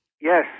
Yes